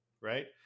Right